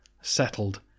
settled